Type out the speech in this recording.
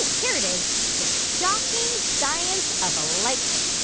here it is the shocking science of ah lightning.